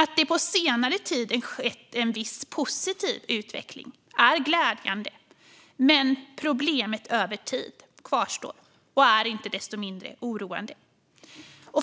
Att det på senare tid har skett en viss positiv utveckling är glädjande. Men problemet kvarstår över tid och är inte desto mindre oroande.